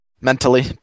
mentally